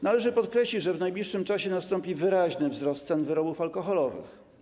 Należy podkreślić, że w najbliższym czasie nastąpi wyraźny wzrost cen wyrobów alkoholowych.